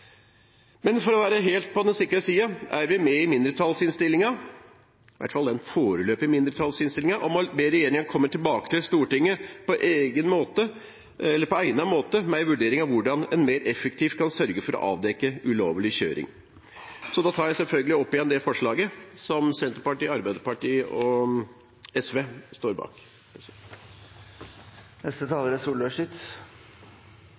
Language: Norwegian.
Men for å være helt på den sikre siden er vi med på mindretallsforslaget om å be regjeringen komme tilbake til Stortinget på egnet måte med en vurdering av hvordan en mer effektivt kan sørge for å avdekke ulovlig kjøring. Så jeg anbefaler selvfølgelig det forslaget som Senterpartiet, Arbeiderpartiet og SV står bak.